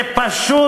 זה פשוט: